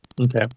Okay